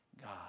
God